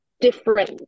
different